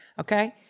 Okay